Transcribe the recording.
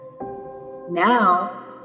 Now